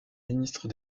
ministre